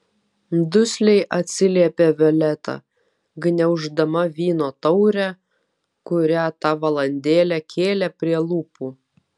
dusliai atsiliepė violeta gniauždama vyno taurę kurią tą valandėlę kėlė prie lūpų